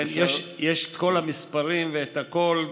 יש את כל המספרים והכול,